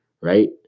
right